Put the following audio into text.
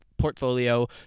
portfolio